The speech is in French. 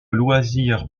loisirs